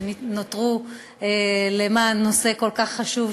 שנותרו למען נושא כל כך חשוב,